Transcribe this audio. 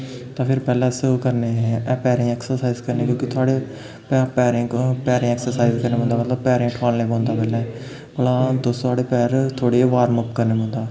तां फिर पैह्लें अस करनें पैरें दी ऐक्सर्साइज करनें क्योंकि थुआढ़े पैर पैरें क पैरें दी ऐक्सर्साइज करने पौंदा मतलब पैरें गी ठोआलने पौंदा पैह्लें भला तुस थुआढ़े पैर थोह्ड़े वार्मअप करने पौंदा